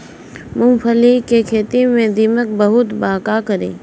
मूंगफली के खेत में दीमक बहुत बा का करी?